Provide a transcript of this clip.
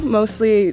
mostly